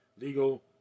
Legal